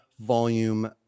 volume